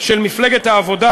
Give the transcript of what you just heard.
של מפלגת העבודה,